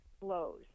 blows